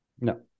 No